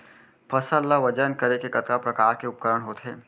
फसल ला वजन करे के कतका प्रकार के उपकरण होथे?